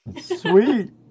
Sweet